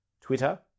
Twitter